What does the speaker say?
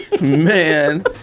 Man